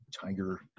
tiger